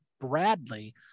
Bradley